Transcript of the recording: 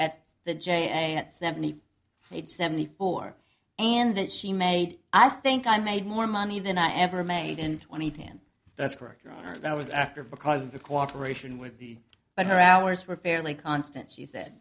at the j at seventy eight seventy four and that she made i think i made more money than i ever made in two thousand and ten that's correct that was after because of the cooperation with the but her hours were fairly constant she said